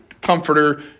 comforter